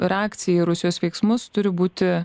reakcija į rusijos veiksmus turi būti